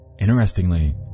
Interestingly